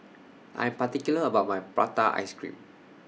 I'm particular about My Prata Ice Cream